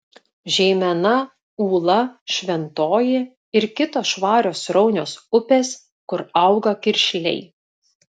žeimena ūla šventoji ir kitos švarios sraunios upės kur auga kiršliai